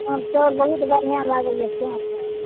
अहाँके चाउर बहुत बढ़िआँ लागैए तेँ कहलहुँ